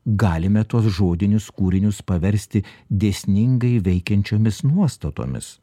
galime tuos žodinius kūrinius paversti dėsningai veikiančiomis nuostatomis